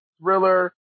Thriller